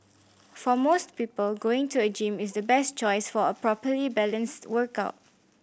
for most people going to a gym is the best choice for a properly balanced workout